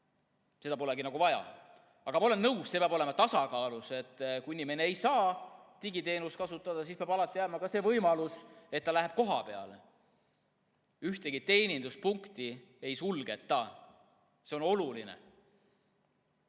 neid polegi vaja? Aga ma olen nõus, et see peab olema tasakaalus. Kui inimene ei saa digiteenust kasutada, siis peab alati jääma ka see võimalus, et ta läheb kohapeale. Ühtegi teeninduspunkti ei suleta, see on oluline.